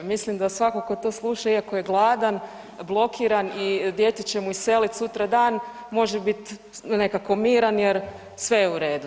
Mislim da svako tko to sluša iako je gladan, blokiran i dijete će mu iselit sutradan može biti nekako miran jer sve je u redu.